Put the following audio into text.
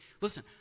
listen